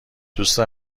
دوست